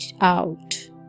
out